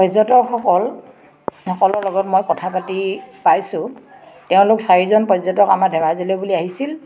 পৰ্যটকসকল সকলৰ লগত মই কথা পাতি পাইছোঁ তেওঁলোক চাৰিজন পৰ্যটক আমাৰ ধেমাজিলে বুলি আহিছিল